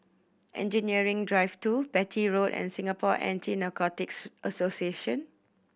Engineering Drive Two Beatty Road and Singapore Anti Narcotics Association